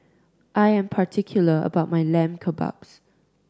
I am particular about my Lamb Kebabs